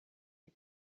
his